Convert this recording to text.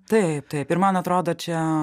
taip taip ir man atrodo čia